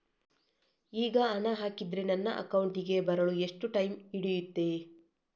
ಈಗ ಹಣ ಹಾಕಿದ್ರೆ ನನ್ನ ಅಕೌಂಟಿಗೆ ಬರಲು ಎಷ್ಟು ಟೈಮ್ ಹಿಡಿಯುತ್ತೆ?